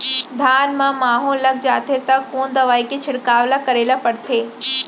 धान म माहो लग जाथे त कोन दवई के छिड़काव ल करे ल पड़थे?